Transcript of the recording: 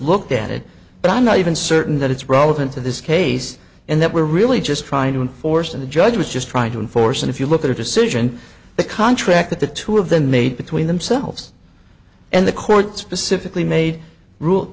looked at it but i'm not even certain that it's relevant to this case and that we're really just trying to enforce that the judge was just trying to enforce and if you look at a decision the contract that the two of them made between themselves and the court specifically made rule